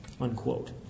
Unquote